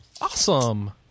Awesome